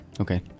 Okay